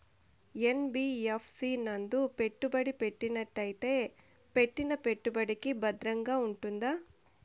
NBFC నందు పెట్టుబడి పెట్టినట్టయితే పెట్టిన పెట్టుబడికి భద్రంగా ఉంటుందా?